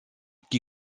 qui